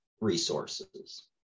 resources